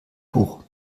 hoch